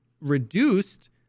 reduced